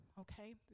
okay